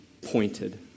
pointed